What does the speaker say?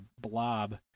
blob